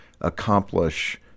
accomplish